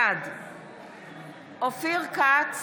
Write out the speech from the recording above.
בעד אופיר כץ,